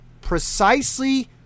precisely